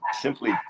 simply